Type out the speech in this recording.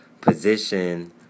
position